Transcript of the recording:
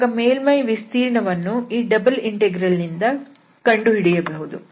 ಆಗ ಮೇಲ್ಮೈ ವಿಸ್ತೀರ್ಣವನ್ನು ಈ ಡಬಲ್ ಇಂಟೆಗ್ರಲ್ ನಿಂದ ಕಂಡುಹಿಡಿಯಬಹುದು